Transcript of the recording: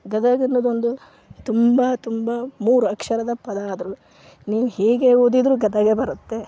ಗದಗ ಅನ್ನೊದು ಒಂದು ತುಂಬ ತುಂಬ ಮೂರು ಅಕ್ಷರದ ಪದ ಆದರೂ ನೀವು ಹೇಗೆ ಓದಿದರೂ ಗದಗೇ ಬರುತ್ತೆ